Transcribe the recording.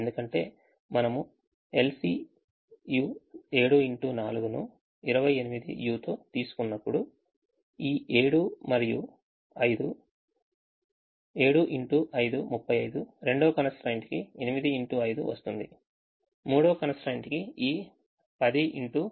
ఎందుకంటే మనము LCU 7x4 ను 28u తో తీసుకున్నప్పుడు ఈ 7 మరియు 5 35 రెండవ constraint కి 8x5 వస్తుంది మూడవ constraint కి ఈ 10x5 వస్తుంది